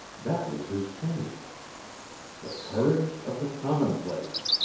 that was his chance the courage of the commonplace.